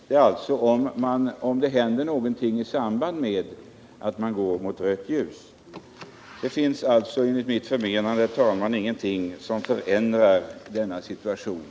Men om det alltså händer något i samband med att man går mot rött ljus blir man straffad. Det finns således, herr talman, ingenting som förändrar situationen.